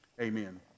Amen